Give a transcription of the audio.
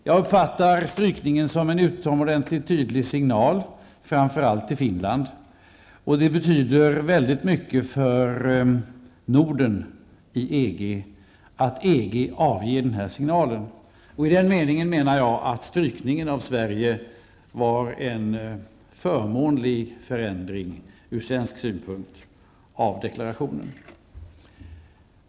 Jag uppfattar strykningen som en utomordentligt tydlig signal till framför allt Finland. Det betyder väldigt mycket för Norden i EG att EG avger den här signalen. Därför menar jag att strykningen av Sverige var en från svensk synpunkt förmånlig förändring av deklarationen.